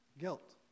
Guilt